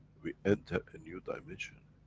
we enter a new dimension,